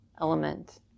element